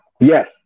Yes